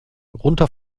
runter